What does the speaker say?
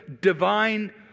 divine